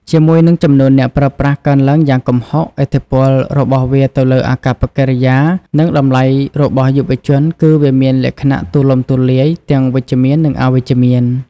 ជាមួយនឹងចំនួនអ្នកប្រើប្រាស់កើនឡើងយ៉ាងគំហុក ឥទ្ធិពលរបស់វាទៅលើអាកប្បកិរិយា និងតម្លៃរបស់យុវជនគឺវាមានលក្ខណៈទូលំទូលាយ ទាំងវិជ្ជមាន និងអវិជ្ជមាន។